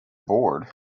bored